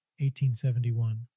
1871